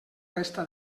resta